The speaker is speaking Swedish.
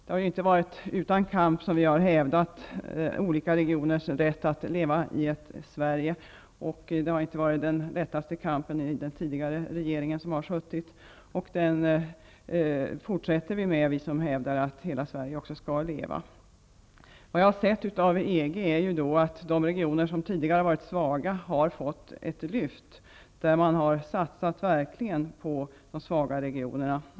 Det har inte varit utan kamp som vi har hävdat olika regioners rätt att leva i ett Sverige. Det har inte varit den lättaste kampen med den tidigare regeringen. Vi som hävdar att hela Sverige skall leva fortsätter den kampen. Vad jag har sett av EG är att de regioner som tidigare har varit svaga har fått ett lyft. Man har verkligen satsat på de svaga regionerna.